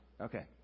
Okay